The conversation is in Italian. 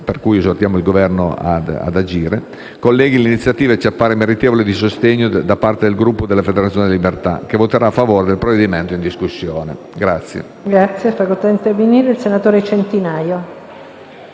esortiamo il Governo ad agire, colleghi, l'iniziativa ci appare meritevole del sostegno del Gruppo Federazione della Libertà, che voterà a favore del provvedimento in discussione.